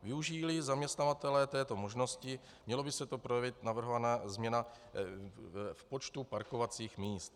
Využijíli zaměstnavatelé této možnosti, měla by se projevit navrhovaná změna v počtu parkovacích míst.